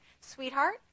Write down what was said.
sweetheart